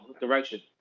direction